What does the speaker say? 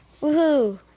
Woohoo